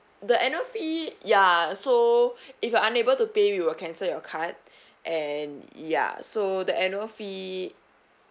the annual fee ya so if you are unable to pay we will cancel your card and ya so the annual fee